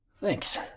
Thanks